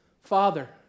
Father